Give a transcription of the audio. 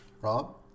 Rob